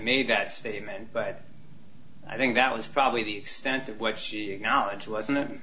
made that statement but i think that was probably the extent of what she acknowledged wasn't